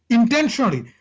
intentionally.